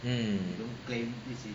mm